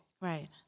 Right